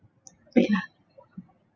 wait ah